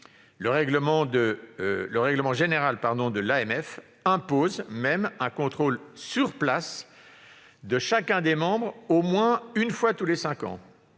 Le règlement général de l'AMF impose même un contrôle sur place de chacun des membres au moins une fois tous les cinq ans.